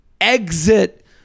exit